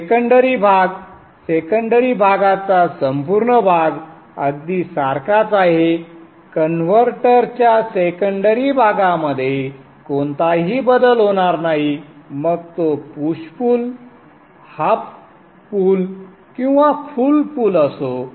secondary भाग secondary भागाचा संपूर्ण भाग अगदी सारखाच आहे कन्व्हर्टरच्या सेकंडरी भागामध्ये कोणताही बदल होणार नाही मग तो पुश पुल हाफ पूल किंवा फुल पूल असो